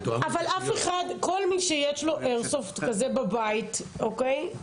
אבל כל מי שיש לו איירסופט כזה בבית, אוקי?